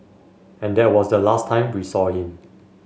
and that was the last time we saw him